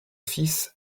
fils